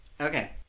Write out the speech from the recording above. Okay